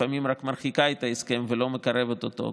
לפעמים רק מרחיקה את ההסכם ולא מקרבת אותו,